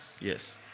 Yes